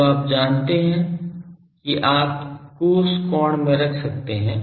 तो आप जानते हैं कि आप cos कोण में रख सकते हैं